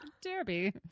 Derby